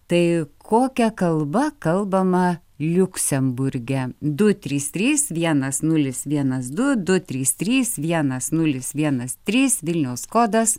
tai kokia kalba kalbama liuksemburge du trys trys vienas nulis vienas du du trys trys vienas nulis vienas trys vilniaus kodas